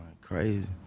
crazy